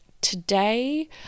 today